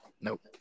Nope